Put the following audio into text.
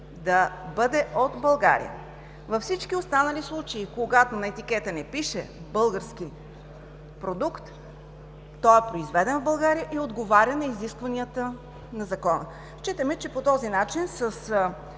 да бъде от България. Във всички останали случаи, когато на етикета не пише „български продукт“, той е произведен в България и отговаря на изискванията на Закона. Считаме, че по този начин, с